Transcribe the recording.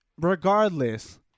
Regardless